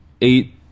Eight